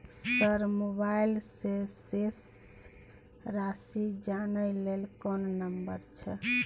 Sir mobile से शेस राशि जानय ल कोन नंबर छै?